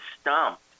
stumped